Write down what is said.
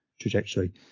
trajectory